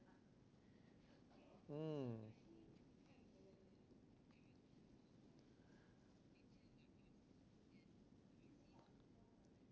mm